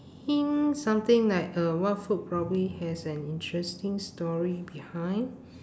~ing something like uh what food probably has an interesting story behind